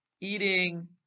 eating